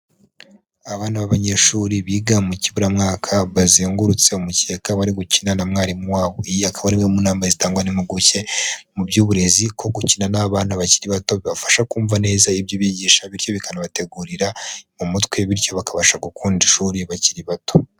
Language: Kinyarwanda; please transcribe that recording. Abana b'abanyeshuri biga mu kiburamwaka, bazengurutse umukeka, bari gukina na mwarimu wabo, iyo akaba ari imwe mu nama zitangwa n'impuguke mu by'uburezi ko gukina n'abana bakiri bato, bibabafasha kumva neza ibyo ubigisha, bityo bikanabategurira mu mutwe, bityo bakabasha gukunda ishuri bakiri bato.